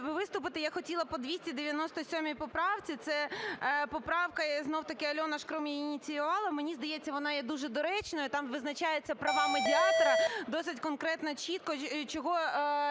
А виступити я хотіла по 297 поправці. Це поправка, знов-таки, Альона Шкрум її ініціювала, мені здається, вона є дуже доречною. Там визначаються права медіатора досить конкретно чітко, чого